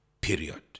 period